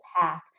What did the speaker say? path